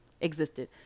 existed